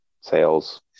sales